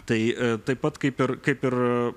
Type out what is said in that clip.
tai taip pat kaip ir kaip ir